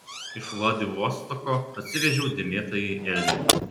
iš vladivostoko atsivežiau dėmėtąjį elnią